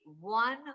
one